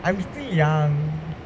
I'm still young